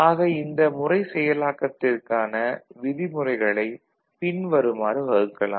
ஆக இந்த முறை செயலாக்கத்திற்கான விதிமுறைகளைப் பின்வருமாறு வகுக்கலாம்